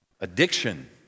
addiction